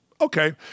Okay